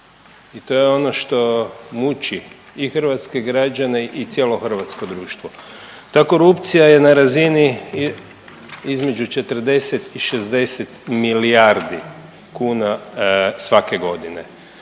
To je ono što muči i hrvatske građane i cijelo hrvatsko društvo. Ta korupcija je na razini između 40 i 60 milijardi kuna svake godine.